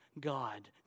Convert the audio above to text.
God